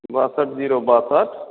बासठि जीरो बासठि